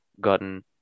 gotten